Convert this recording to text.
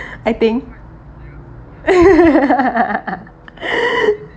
I think